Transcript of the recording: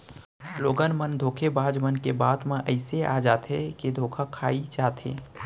लोगन मन धोखेबाज मन के बात म अइसे आ जाथे के धोखा खाई जाथे